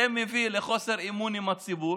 זה מביא לחוסר אמון עם הציבור,